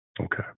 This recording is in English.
Okay